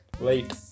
late